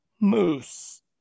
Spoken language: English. Moose